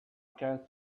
can